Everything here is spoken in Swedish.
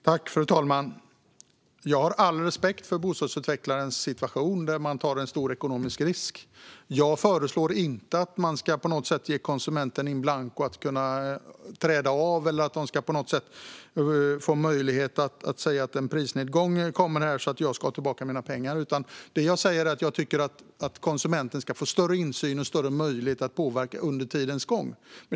Fru talman! Jag har all respekt för bostadsutvecklarens situation. Man tar en stor ekonomisk risk. Jag föreslår inte att man på något sätt ska ge konsumenten in blanco att kunna frånträda avtalet eller att konsumenten ska få möjlighet att säga: En prisnedgång kommer, så jag ska ha tillbaka mina pengar! Det jag säger är att jag tycker att konsumenten ska få större insyn och större möjlighet att påverka under tidens gång.